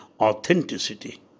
authenticity